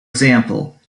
example